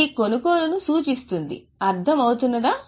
ఇది కొనుగోలును సూచిస్తుంది అర్థం అవుతున్నదా